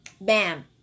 Bam